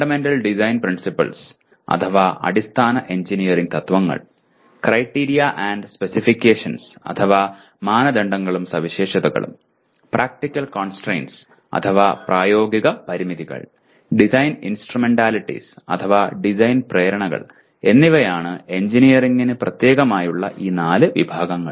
fundamental design principles അഥവാ അടിസ്ഥാന engineering തത്വങ്ങൾ ക്രൈറ്റീരിയ ആൻഡ് സ്പെസിഫിക്കേഷൻസ് അഥവാ മാനദണ്ഡങ്ങളും സവിശേഷതകളും പ്രാക്ടിക്കൽ കോൺസ്ട്രയിന്റ്സ് അഥവാ പ്രായോഗിക പരിമിതികൾ ഡിസൈൻ ഇൻസ്ട്രുമെന്റലിറ്റീസ് അഥവാ ഡിസൈൻ പ്രേരണകൾ എന്നിവയാണ് എഞ്ചിനീയറിംഗിന് പ്രത്യേകമായുള്ള ഈ നാല് വിഭാഗങ്ങൾ